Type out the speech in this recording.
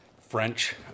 French